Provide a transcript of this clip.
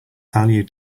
value